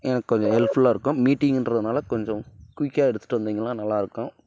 எனக்கு கொஞ்சம் ஹெல்ப்ஃபுலாக இருக்கும் மீட்டிங்கின்றதுனால் கொஞ்சம் குயிக்காக எடுத்துட்டு வந்திங்கனால் நல்லாயிருக்கும்